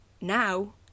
now